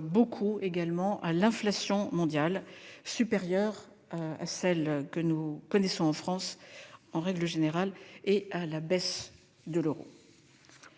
beaucoup également à l'inflation mondiale, qui est supérieure à celle que nous connaissons en France en règle générale. Elle est liée, enfin, à la baisse de l'euro.